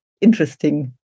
interesting